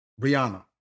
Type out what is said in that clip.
Brianna